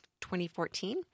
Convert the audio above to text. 2014